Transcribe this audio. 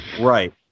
Right